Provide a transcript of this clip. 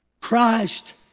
Christ